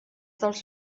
dels